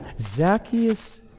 Zacchaeus